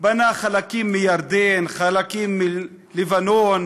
בנה חלקים מירדן, חלקים מלבנון,